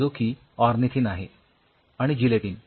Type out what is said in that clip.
जो की ऑर्निथिन आहे आणि जिलेटीन